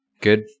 good